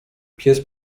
pies